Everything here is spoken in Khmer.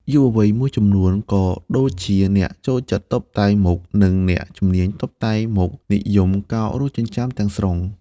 យុវវ័យមួយចំនួន ក៏ដូចជាអ្នកចូលចិត្តតុបតែងមុខ និងអ្នកជំនាញតុបតែងមុខនិយមកោររោមចិញ្ចើមទាំងស្រុង។